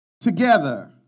together